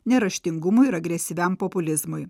neraštingumui ir agresyviam populizmui